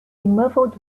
muffled